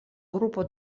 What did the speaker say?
grupo